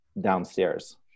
downstairs